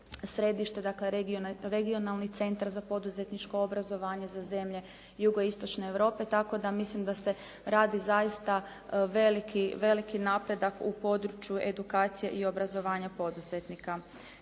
središte dakle regionalni centar za poduzetničko obrazovanje za zemlje jugoistočne Europe. Tako da mislim da se radi zaista veliki napredak u području edukacija i obrazovanja poduzetnika.